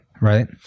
right